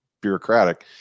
bureaucratic